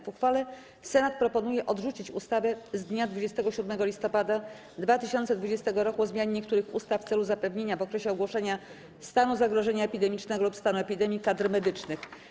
W uchwale Senat proponuje odrzucić ustawę z dnia 27 listopada 2020 r. o zmianie niektórych ustaw w celu zapewnienia w okresie ogłoszenia stanu zagrożenia epidemicznego lub stanu epidemii kadr medycznych.